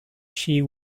she